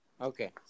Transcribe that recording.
Okay